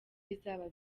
bizaba